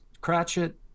Cratchit